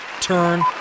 Turn